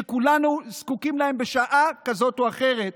שכולנו זקוקים להם בשעה כזאת או אחרת.